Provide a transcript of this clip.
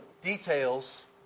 details